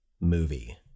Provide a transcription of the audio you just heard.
movie